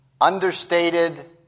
understated